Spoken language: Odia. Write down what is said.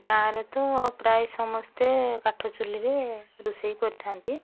ଗାଁରେ ତ ପ୍ରାୟ ସମସ୍ତେ କାଠ ଚୁଲିରେ ରୋଷେଇ କରିଥାଆନ୍ତି